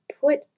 put